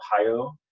ohio